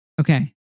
okay